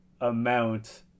amount